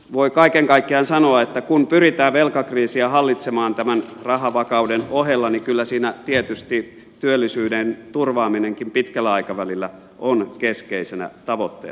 voi kaiken kaikkiaan sanoa että kun pyritään velkakriisiä hallitsemaan tämän rahavakauden ohella niin kyllä siinä tietysti työllisyyden turvaaminenkin pitkällä aikavälillä on keskeisenä tavoitteena